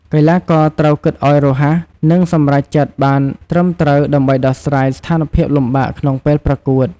កីឡាករត្រូវគិតឲ្យរហ័ស និងសម្រេចចិត្តបានត្រឹមត្រូវដើម្បីដោះស្រាយស្ថានភាពលំបាកក្នុងពេលប្រកួត។